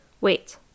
Wait